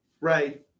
Right